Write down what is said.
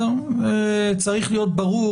צריך להיות ברור